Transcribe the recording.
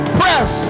press